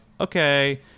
okay